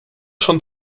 schon